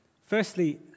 Firstly